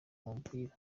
umupira